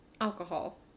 alcohol